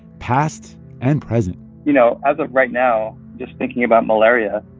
past and present you know, as of right now, just thinking about malaria,